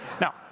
Now